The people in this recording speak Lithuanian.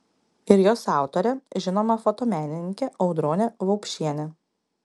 ir jos autorė žinoma fotomenininkė audronė vaupšienė